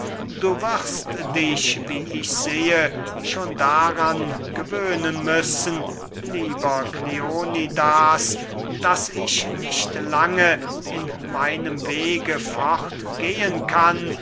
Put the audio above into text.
du wirst dich wie ich sehe schon daran gewöhnen müssen lieber kleonidas daß ich nicht lange in meinem wege fortgehen kann